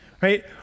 right